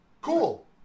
Cool